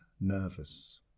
nervous